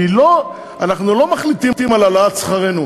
אנחנו לא מחליטים על העלאת שכרנו.